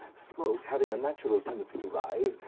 smoke having a natural tendency to rise,